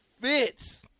fits